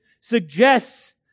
suggests